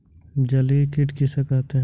जलीय कीट किसे कहते हैं?